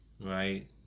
right